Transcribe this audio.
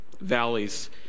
valleys